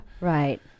Right